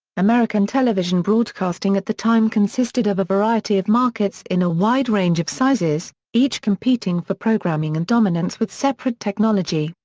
american television broadcasting at the time consisted of a variety of markets in a wide range of sizes, each competing for programming and dominance with separate technology,